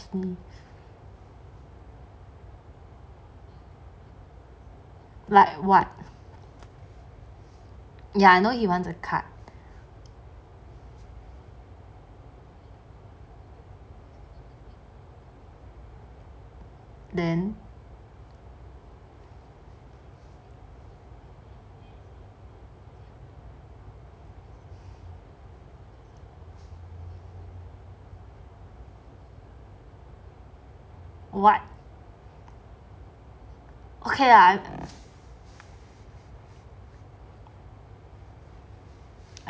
like what ya I know he wants a card then what okay lah